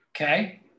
okay